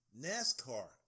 NASCAR